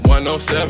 107